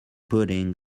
pudding